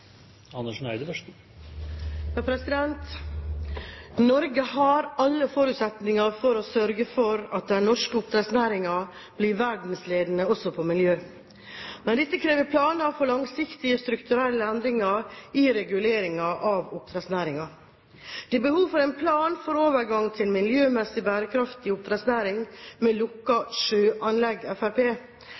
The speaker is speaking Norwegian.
Norge har alle forutsetninger for å sørge for at den norske oppdrettsnæringen blir verdensledende også på miljø. Men dette krever planer for langsiktige strukturelle endringer i reguleringen av oppdrettsnæringen. Det er behov for en plan for overgang til en miljømessig bærekraftig oppdrettsnæring med lukkede sjøanlegg,